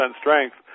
strength